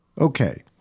Okay